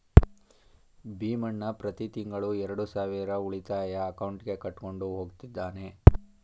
ಭೀಮಣ್ಣ ಪ್ರತಿ ತಿಂಗಳು ಎರಡು ಸಾವಿರ ಉಳಿತಾಯ ಅಕೌಂಟ್ಗೆ ಕಟ್ಕೊಂಡು ಹೋಗ್ತಿದ್ದಾನೆ